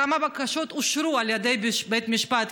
כמה בקשות אושרו על ידי בית המשפט?